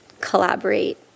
collaborate